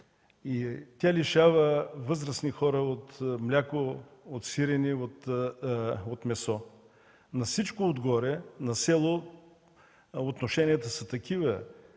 Тя лишава възрастни хора от мляко, от сирене, от месо. На всичко отгоре на село отношенията са такива,